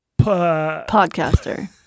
Podcaster